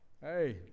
Hey